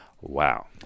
Wow